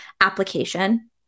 application